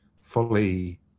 fully